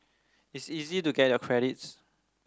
it's easy to get your credits